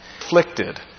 afflicted